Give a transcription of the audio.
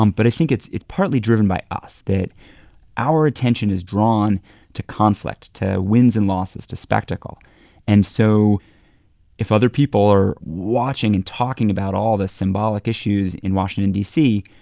um but i think it's it's partly driven by us that our attention is drawn to conflict, to wins and losses, to spectacle and so if other people are watching and talking about all the symbolic issues in washington, d c,